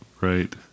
right